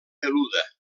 peluda